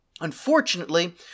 Unfortunately